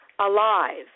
alive